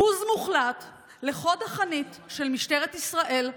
בוז מוחלט לחוד החנית של משטרת ישראל,